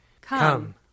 Come